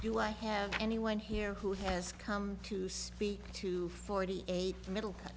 do i have anyone here who has come to speak to forty eight middle